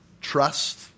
trust